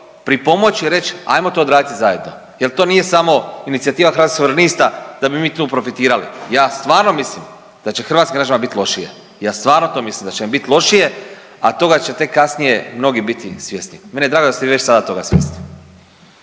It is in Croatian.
pripomoći i reći hajmo to odraditi zajedno, jer to nije samo inicijativa Hrvatskih suverenista da bi mi tu profitirali. Ja stvarno mislim da će hrvatskim građanima biti lošije, ja stvarno to mislim da će im bit lošije, a toga će tek kasnije mnogi biti svjesni. Meni je drago da ste vi već sada toga svjesni.